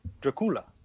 Dracula